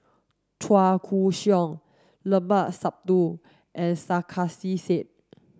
Chua Koon Siong Limat Sabtu and Sarkasi Said